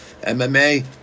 MMA